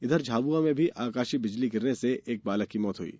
उधर झाबुआ में भी आकाशीय बिजली गिरने से एक बालक की मौत होगयी